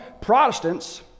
Protestants